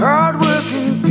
Hardworking